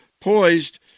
poised